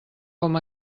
com